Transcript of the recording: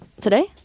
Today